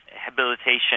rehabilitation